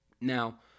now